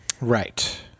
right